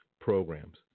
programs